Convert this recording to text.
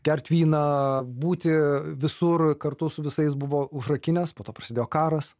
gert vyną būti visur kartu su visais buvo užrakinęs po to prasidėjo karas